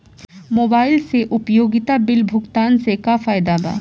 Mobile से उपयोगिता bill भुगतान से का फायदा बा?